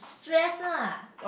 stress lah